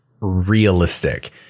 realistic